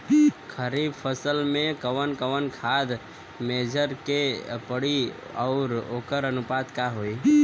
खरीफ फसल में कवन कवन खाद्य मेझर के पड़ी अउर वोकर अनुपात का होई?